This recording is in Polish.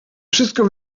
wszystko